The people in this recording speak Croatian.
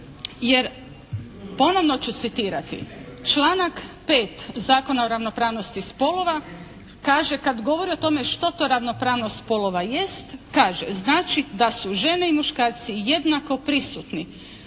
Jer, ponovno ću citirati članak 5. Zakona o ravnopravnosti spolova kaže kad govori o tome što to ravnopravnost spolova jest, kaže znači da su žene i muškarci jednako prisutni